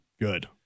Good